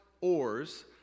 oars